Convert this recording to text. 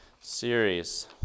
series